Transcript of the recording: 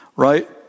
Right